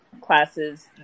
classes